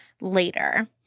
later